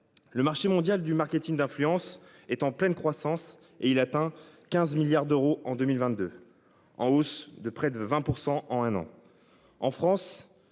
Le marché mondial du marketing d'influence est en pleine croissance et il atteint 15 milliards d'euros en 2022, en hausse de près de 20% en un an